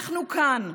אנחנו כאן,